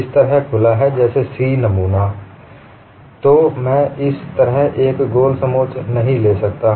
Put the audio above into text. यह इस तरह खुला है जैसे C नमूना तो मैं इस तरह एक गोल समोच्च नहीं ले सकता